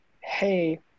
hey